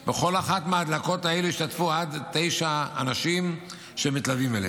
בכל אחת מההדלקות האלה ישתתפו עד תשעה אנשים שמתלווים אליהם.